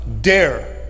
dare